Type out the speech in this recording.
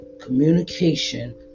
communication